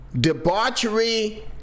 debauchery